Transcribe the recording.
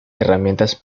herramientas